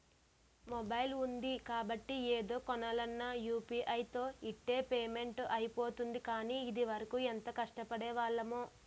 mobile ఉంది కాబట్టి ఏది కొనాలన్నా యూ.పి.ఐ తో ఇట్టే పేమెంట్ అయిపోతోంది కానీ, ఇదివరకు ఎంత కష్టపడేవాళ్లమో